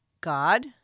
God